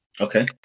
Okay